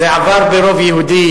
אילטוב, זה עבר ברוב יהודי,